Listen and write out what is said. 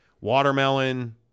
watermelon